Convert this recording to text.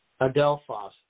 Adelphos